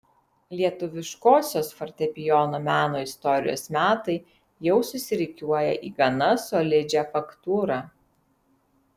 lietuviškosios fortepijono meno istorijos metai jau susirikiuoja į gana solidžią faktūrą